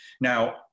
Now